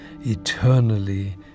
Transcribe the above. eternally